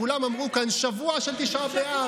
כולם אמרו כאן: שבוע של תשעה באב,